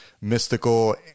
mystical